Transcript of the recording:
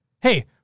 Hey